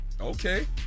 Okay